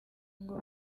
ngo